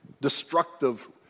Destructive